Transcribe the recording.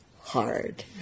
hard